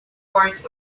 forts